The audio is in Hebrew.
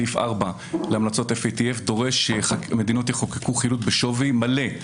סעיף 4 להמלצות FATF דורש שיחוקקו חילוט בשווי מלא.